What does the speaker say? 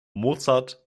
mozart